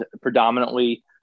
predominantly